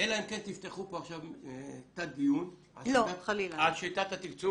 אלא אם כן תפתחו פה עכשיו תת דיון על שיטת התקצוב